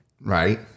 Right